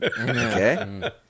Okay